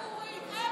סיפורים.